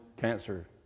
cancer